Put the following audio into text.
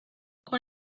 con